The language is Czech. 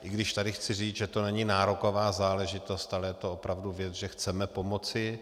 I když tady chci říct, že to není nároková záležitost, ale je to opravdu věc, že chceme pomoci.